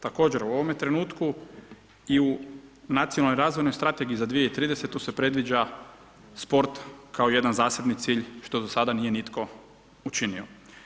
Također, u ovome trenutku i u nacionalnoj razvojnoj strategiji za 2030. se predviđa sport kao jedan zaseban cilj što do sada nije nitko učinio.